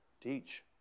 teach